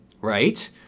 right